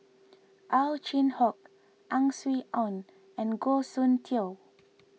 Ow Chin Hock Ang Swee Aun and Goh Soon Tioe